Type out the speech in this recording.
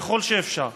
ככל שאפשר,